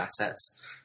assets –